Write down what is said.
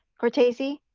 cortese,